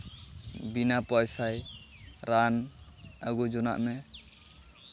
ᱵᱤᱱᱟ ᱯᱚᱭᱥᱟᱭ ᱨᱟᱱ ᱟᱹᱜᱩ ᱡᱚᱱᱟᱜ ᱢᱮ